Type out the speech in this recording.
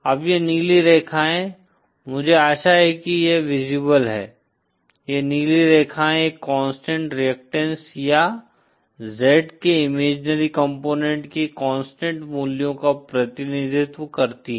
अब ये नीली रेखाएं मुझे आशा है कि यह विज़िबल है ये नीली रेखाएँ एक कांस्टेंट रेअक्टैंस या Z के इमेजिनरी कॉम्पोनेन्ट के कांस्टेंट मूल्यों का प्रतिनिधित्व करती हैं